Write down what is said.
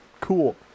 cool